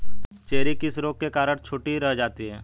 Cherry किस रोग के कारण छोटी रह जाती है?